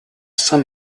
saint